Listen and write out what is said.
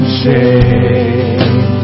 shame